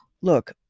Look